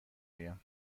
آیم